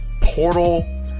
portal